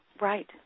Right